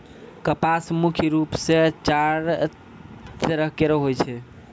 कपास मुख्य रूप सें चार तरह केरो होय छै